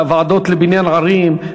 הוועדות לבניין ערים,